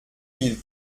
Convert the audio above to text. mille